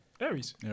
Aries